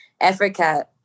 Africa